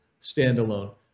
standalone